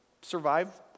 survive